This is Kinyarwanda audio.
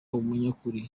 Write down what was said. umunyakuri